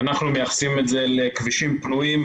אני שמח לפתוח את הישיבה לגבי תחנות אוטובוסים.